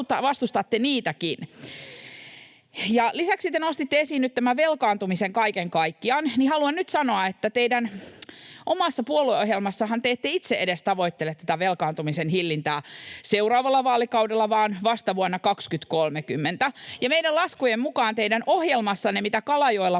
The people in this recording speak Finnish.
Heinonen: Ei!] Lisäksi, kun te nostitte esiin nyt tämän velkaantumisen kaiken kaikkiaan, haluan nyt sanoa, että teidän omassa puolueohjelmassannehan te ette edes itse tavoittele tätä velkaantumisen hillintää seuraavalla vaalikaudella vaan vasta vuonna 2030, ja meidän laskujemme mukaan teidän ohjelmassanne, mistä Kalajoella